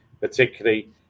particularly